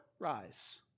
rise